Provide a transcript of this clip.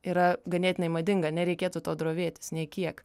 yra ganėtinai madinga nereikėtų to drovėtis nė kiek